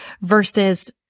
versus